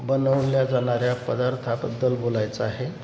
बनवल्या जाणाऱ्या पदार्थाबद्दल बोलायचं आहे